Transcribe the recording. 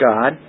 God